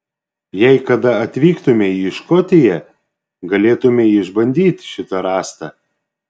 jei kada atvyktumei į škotiją galėtumei išbandyti šitą rąstą